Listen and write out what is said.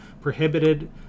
prohibited